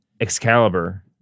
Excalibur